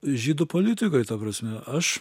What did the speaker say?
žydų politikoj ta prasme aš